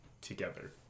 together